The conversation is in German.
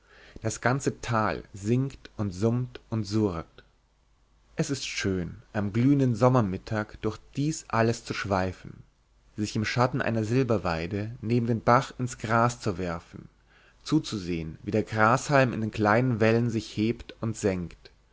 das ganze tal singt und summt und surrt es ist schön am glühenden sommermittag durch dies alles zu schweifen sich im schatten einer silberweide neben den bach ins gras zu werfen zuzusehen wie der grashalm in den kleinen wellen sich hebt und senkt